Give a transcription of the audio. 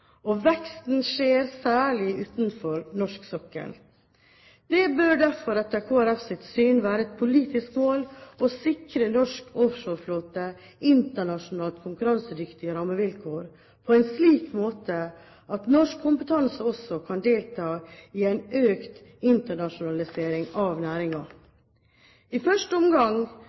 og veksten skjer særlig utenfor norsk sokkel. Det bør derfor etter Kristelig Folkepartis syn være et politisk mål å sikre norsk offshoreflåte internasjonalt konkurransedyktige rammevilkår på en slik måte at norsk kompetanse også kan delta i en økt internasjonalisering av næringen. I første omgang